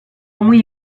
muy